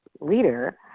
leader